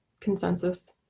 consensus